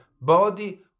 body